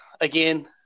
again